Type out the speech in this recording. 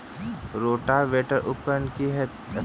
Rotavator उपकरण की हएत अछि?